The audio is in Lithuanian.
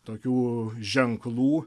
tokių ženklų